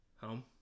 home